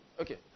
Okay